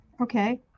Okay